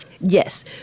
Yes